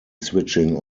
switching